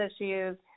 issues